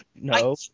no